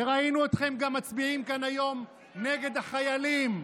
ראינו אתכם גם מצביעים כאן היום נגד החיילים.